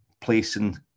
placing